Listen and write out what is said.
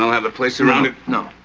have a place surrounded. no,